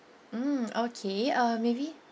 mm okay uh maybe